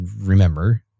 remember